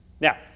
Now